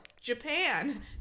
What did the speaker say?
Japan